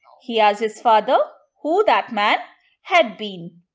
he asked his father who that man had been.